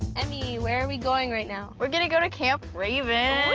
emi, where are we going right now? we're going to go to camp raven.